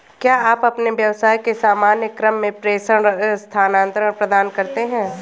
क्या आप अपने व्यवसाय के सामान्य क्रम में प्रेषण स्थानान्तरण प्रदान करते हैं?